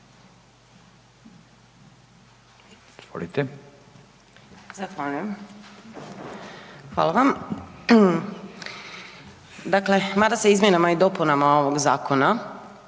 (Možemo!)** Hvala vam. Dakle, mada se izmjenama i dopunama ovog zakona